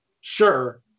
sure